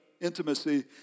intimacy